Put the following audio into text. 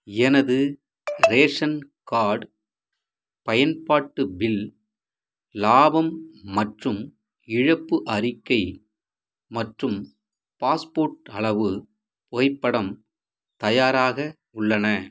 எனது ration card பயன்பாட்டு bill இலாபம் மற்றும் இழப்பு அறிக்கை மற்றும் பாஸ்போர்ட் அளவு புகைப்படம் தயாராக உள்ளன